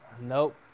Nope